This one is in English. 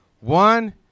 one